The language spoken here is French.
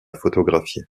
photographié